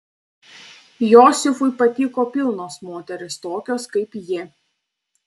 josifui patiko pilnos moterys tokios kaip ji